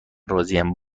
راضیم